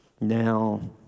Now